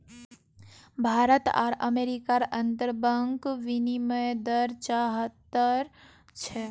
भारत आर अमेरिकार अंतर्बंक विनिमय दर पचाह्त्तर छे